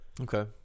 Okay